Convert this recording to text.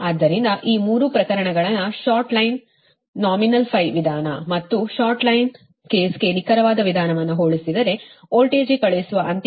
ಆದ್ದರಿಂದ ಈ 3 ಪ್ರಕರಣಗಳನ್ನು ಶಾರ್ಟ್ ಲೈನ್ ನಾಮಿನಲ್ ವಿಧಾನ ಮತ್ತು ಶಾರ್ಟ್ ಲೈನ್ ಕೇಸ್ಗೆ ನಿಖರವಾದ ವಿಧಾನವನ್ನು ಹೋಲಿಸಿದರೆ ವೋಲ್ಟೇಜ್ಗೆ ಕಳುಹಿಸುವ ಅಂತಿಮ ಸಾಲು 235